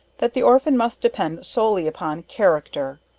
that the orphan must depend solely upon character.